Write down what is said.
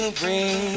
bring